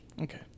Okay